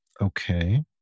Okay